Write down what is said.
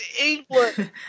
England